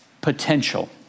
potential